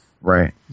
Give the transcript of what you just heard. Right